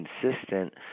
consistent